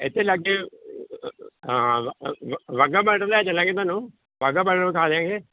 ਇੱਥੇ ਲਾਗੇ ਹਾਂ ਬ ਬ ਵਾਘਾ ਬਾਡਰ ਲੈ ਚੱਲਾਂਗੇ ਤੁਹਾਨੂੰ ਵਾਘਾ ਬਾਡਰ ਦਿਖਾ ਦਿਆਂਗੇ